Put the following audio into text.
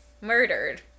murdered